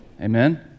Amen